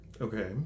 Okay